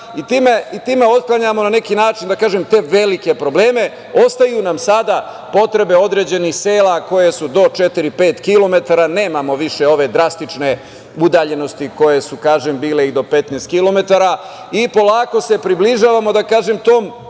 i time otklanjamo na neki način, da kažem, te velike probleme. Ostaju nam sada potrebe određenih sela koja su do četiri, pet kilometara, nemamo više ove drastične udaljenosti koje su, kažem, bile i do 15 kilometara i polako se približavamo tom